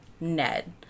Ned